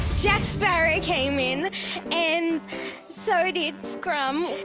jack sparrow came in and so did scrum.